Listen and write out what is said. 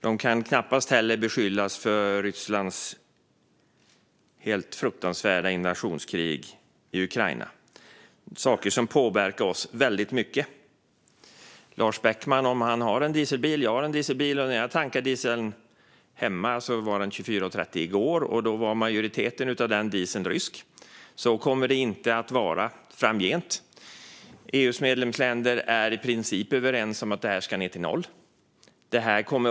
De kan knappast heller beskyllas för Rysslands helt fruktansvärda invasionskrig i Ukraina. Det är saker som påverkar oss väldigt mycket. Jag har en dieselbil. Lars Beckman kanske också har en. När jag tankade diesel i går kostade den 24,30, och då var majoriteten av dieseln rysk. Så kommer det inte att vara framöver. EU:s medlemsländer är i princip överens om att andelen rysk diesel i princip ska ned till noll.